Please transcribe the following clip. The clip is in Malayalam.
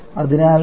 അതിനാൽ ഇത് 2